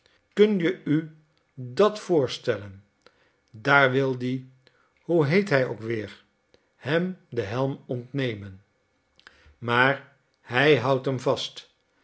kun je u dat voorstellen daar wil die hoe heet hij ook weer hem den helm ontnemen maar hij houdt hem vast